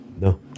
No